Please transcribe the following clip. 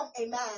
Amen